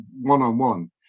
one-on-one